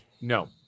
No